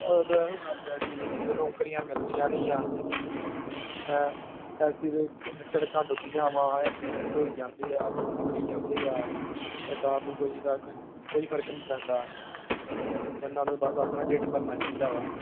ਅ ਇਹ ਤਾਂ ਇਹੋ ਗੱਲ ਆ ਜੀ ਜੇ ਨੌਕਰੀਆਂ ਮਿਲਦੀਆਂ ਨਹੀਂ ਆ ਹੈਂ ਇੱਥੇ ਤਾਂ ਸੜਕਾਂ ਟੁੱਟੀਆਂ ਵਾ ਐਕਸੀਡੈਂਟ ਹੋਈ ਜਾਂਦੇ ਆ ਲੋਕ ਮਰੀ ਜਾਂਦੇ ਆ ਸਰਕਾਰ ਨੂੰ ਕੋਈ ਇਹਦਾ ਕੋਈ ਕੋਈ ਫਰਕ ਨਹੀਂ ਪੈਂਦਾ ਇਹਨਾਂ ਨੂੰ ਬਸ ਆਪਣਾ ਢਿੱਡ ਭਰਨਾ ਚਾਹੀਦਾ ਵਾ